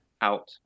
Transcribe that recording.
out